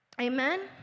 Amen